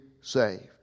saved